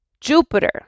Jupiter